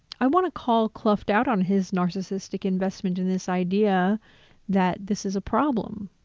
i want to call kluft out on his narcissistic investment in this idea that this is a problem.